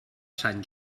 sant